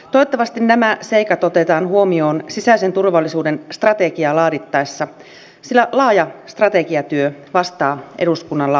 toivottavasti nämä seikat otetaan huomioon sisäisen turvallisuuden strategiaa laadittaessa sillä laaja strategiatyö vastaa eduskunnan lausumaan